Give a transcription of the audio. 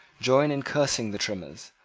join in cursing the trimmers,